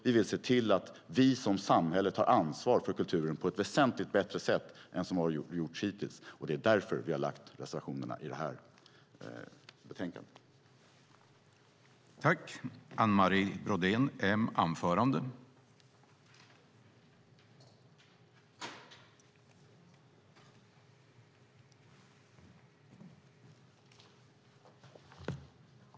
Vi vill se till att vi som samhälle tar ansvar för kulturen på ett väsentligt bättre sätt än som har gjorts hittills. Det är därför vi har reservationerna i det här betänkandet.